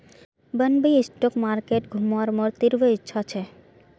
Bombay stock market घुमवार मोर तीव्र इच्छा छ